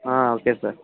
ఆ okay sir